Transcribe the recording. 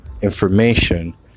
information